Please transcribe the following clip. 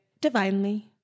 divinely